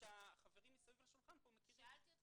שהיושבים האחרים סביב השולחן מתמודדים איתם.